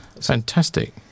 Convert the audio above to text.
Fantastic